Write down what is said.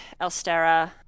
Elstera